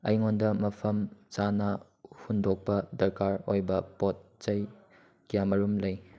ꯑꯩꯉꯣꯟꯗ ꯃꯐꯝ ꯆꯥꯅ ꯍꯨꯟꯗꯣꯛꯄ ꯗꯔꯀꯥꯔ ꯑꯣꯏꯕ ꯄꯣꯠ ꯆꯩ ꯀꯌꯥꯃꯔꯨꯝ ꯂꯩ